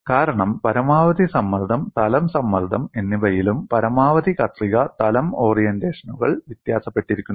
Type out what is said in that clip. കാരണം പരമാവധി സമ്മർദ്ദം തലം സമ്മർദ്ദം എന്നിവയിലും പരമാവധി കത്രിക തലം ഓറിയന്റേഷനുകൾ വ്യത്യാസപ്പെട്ടിരിക്കുന്നു